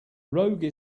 rogue